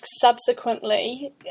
subsequently